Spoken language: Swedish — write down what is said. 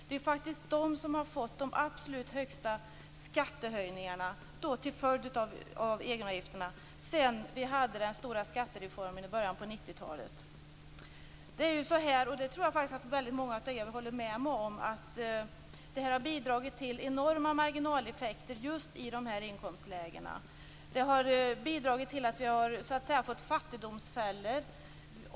Det är faktiskt de som har fått de absolut största skattehöjningarna, till följd av egenavgifterna, sedan den stora skattereformen i början av 1990-talet. Jag tror att många av er håller med om att det här har bidragit till enorma marginaleffekter just när det gäller dessa inkomstlägen. Det har bidragit till att vi har fått fattigdomsfällor.